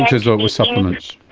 as though it was supplements.